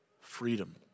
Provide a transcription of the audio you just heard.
freedom